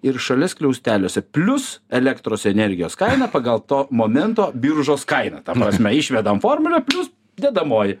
ir šalia skliausteliuose plius elektros energijos kainą pagal to momento biržos kainą ta prasme išvedam formulę plius dedamoji